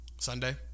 Sunday